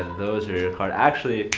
those are your card. actually,